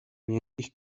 miękkich